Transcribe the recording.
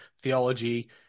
theology